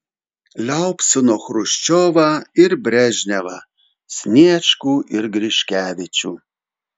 liaupsino chruščiovą ir brežnevą sniečkų ir griškevičių